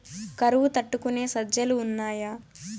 కరువు తట్టుకునే సజ్జలు ఉన్నాయా